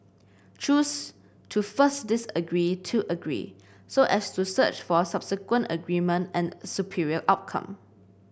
choose to first disagree to agree so as to search for subsequent agreement and a superior outcome